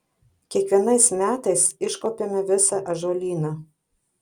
kiekvienais metais iškuopiame visą ąžuolyną